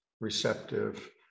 receptive